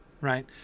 right